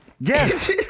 Yes